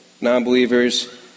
non-believers